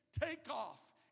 takeoff